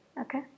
Okay